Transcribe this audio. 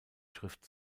schrift